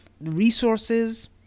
resources